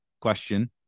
question